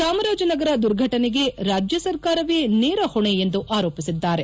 ಚಾಮರಾಜನಗರ ದುರ್ಘಟನೆಗೆ ರಾಜ್ಯ ಸರ್ಕಾರವೇ ನೇರ ಹೊಣೆ ಎಂದು ಆರೋಪಿಸಿದರು